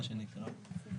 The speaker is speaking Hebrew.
מה שנקרא,